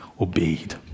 obeyed